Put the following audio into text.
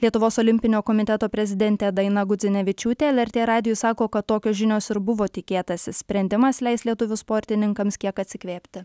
lietuvos olimpinio komiteto prezidentė daina gudzinevičiūtė lrt radijui sako kad tokios žinios ir buvo tikėtasi sprendimas leis lietuvių sportininkams kiek atsikvėpti